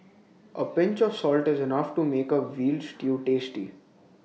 A pinch of salt is enough to make A Veal Stew tasty